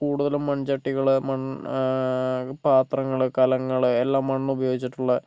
കൂടുതലും മൺചട്ടികള് മൺ പാത്രങ്ങള് കലങ്ങള് എല്ലാം മണ്ണുപയോഗിച്ചിട്ടുള്ള